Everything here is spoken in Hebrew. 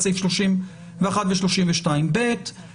את סעיף 31 ואת סעיף 32. ת דבר שני.